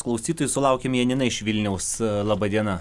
klausytojų sulaukėm janina iš vilniaus laba diena